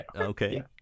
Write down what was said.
Okay